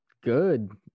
good